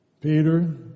Peter